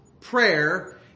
prayer